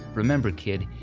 remember, kid,